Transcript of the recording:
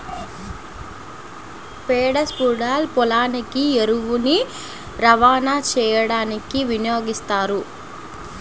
పేడ స్ప్రెడర్ పొలానికి ఎరువుని రవాణా చేయడానికి వినియోగిస్తారు